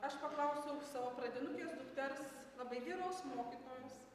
aš paklausiau savo pradinukės dukters labai geros mokytojos